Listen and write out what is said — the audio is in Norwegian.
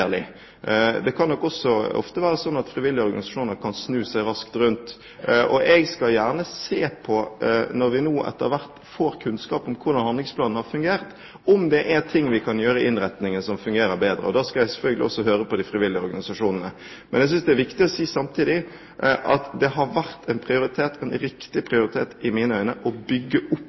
Det kan nok også ofte være slik at frivillige organisasjoner kan snu seg raskt rundt. Jeg skal gjerne se på, når vi nå etter hvert får kunnskapen om hvordan handlingsplanen har fungert, om det er ting vi kan gjøre i innretningen som fungerer bedre. Da skal jeg selvfølgelig også høre på de frivillige organisasjonene. Jeg synes samtidig det er viktig å si at det i mine øyne har vært en riktig prioritet å bygge opp en